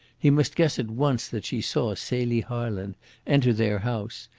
he must guess at once that she saw celie harland enter their house,